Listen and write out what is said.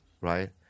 Right